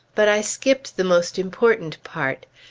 but i skipped the most important part.